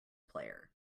player